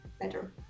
better